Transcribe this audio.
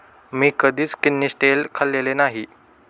मी कधीच किनिस्टेल खाल्लेले नाही